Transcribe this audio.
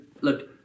look